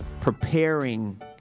preparing